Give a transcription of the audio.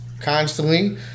constantly